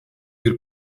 bir